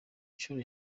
inshuro